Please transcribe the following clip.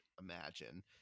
imagine